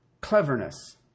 cleverness